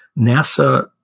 NASA